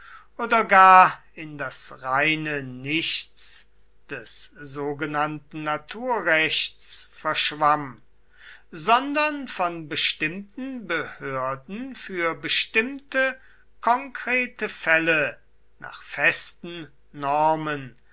oder gar in das reine nichts des sogenannten naturrechts verschwamm sondern von bestimmten behörden für bestimmte konkrete fälle nach festen normen